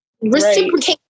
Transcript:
reciprocate